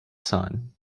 son